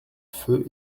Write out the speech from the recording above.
feu